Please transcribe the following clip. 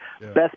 best